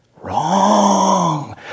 Wrong